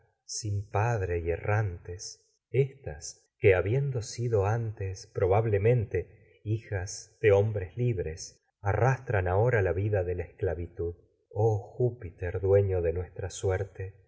sin padre y errantes éstas que habiendo sido antes probablemente hijas de hombres libres arrastran ahora la vida de la esclavitud oh júpiter dueño de nuestra nunca suerte